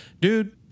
dude